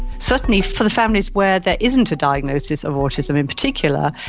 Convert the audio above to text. certainly for the families where there isn't a diagnosis of autism in particular,